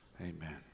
Amen